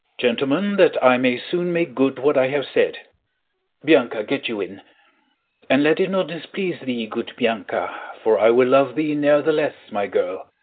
gentlemen, that i may soon make good what i have said bianca, get you in and let it not displease thee, good bianca, for i will love thee ne'er the less, my girl.